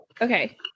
okay